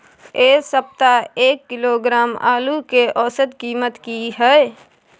ऐ सप्ताह एक किलोग्राम आलू के औसत कीमत कि हय?